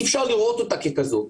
אי-אפשר לראות אותה ככזאת.